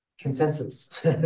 consensus